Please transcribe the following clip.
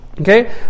Okay